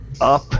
up